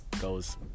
goes